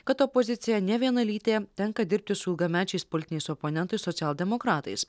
kad opozicija nevienalytė tenka dirbti su ilgamečiais politiniais oponentais socialdemokratais